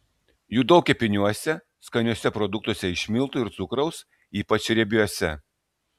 jų daug kepiniuose skaniuose produktuose iš miltų ir cukraus ypač riebiuose